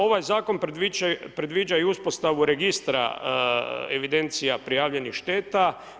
Ovaj zakon predviđa i uspostavu registra evidencija prijavljenih šteta.